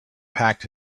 packed